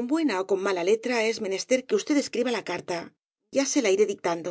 n buena ó con mala letra es menester que usted escriba la carta yo se la iré dictando